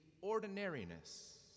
ordinariness